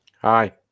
Hi